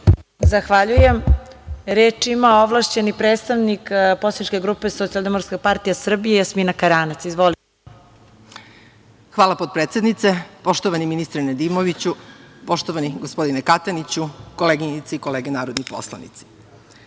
Zahvaljujem. Reč ima ovlašćeni predstavnik poslaničke grupe Socijaldemokratska partija Srbije, Jasmina Karanac. Izvolite. **Jasmina Karanac** Hvala potpredsednice. Poštovani ministre Nedimoviću, poštovani gospodine Kataniću, koleginice i kolege narodni poslanici,